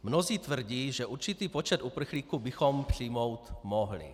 Mnozí tvrdí, že určitý počet uprchlíků bychom přijmout mohli.